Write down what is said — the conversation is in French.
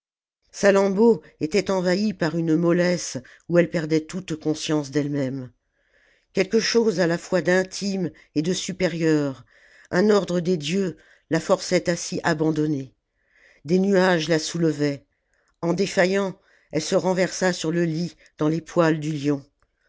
salammbô était envahie par une mollesse où elle perdait toute conscience d'elle-même quelque chose à la fois d'intime et de supérieur un ordre des dieux la forçait à s'y abandonner des nuages la soulevaient en défaillant elle se renversa sur le lit dans les poils du lion